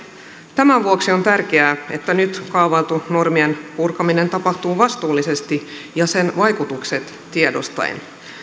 tämän vuoksi on tärkeää että nyt kaavailtu normien purkaminen tapahtuu vastuullisesti ja sen vaikutukset tiedostaen